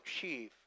chief